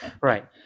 Right